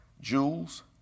jewels